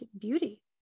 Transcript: beauty